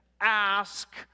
ask